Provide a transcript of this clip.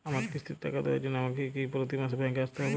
আমার কিস্তির টাকা দেওয়ার জন্য আমাকে কি প্রতি মাসে ব্যাংক আসতে হব?